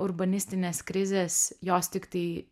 urbanistinės krizės jos tiktai